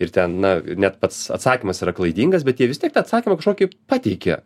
ir ten na net pats atsakymas yra klaidingas bet jie vis tiek tą atsakymą kažkokį pateikė